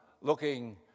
looking